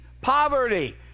Poverty